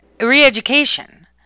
re-education